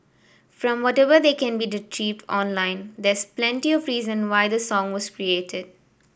from whatever that can be retrieved online there's plenty of reason why the song was created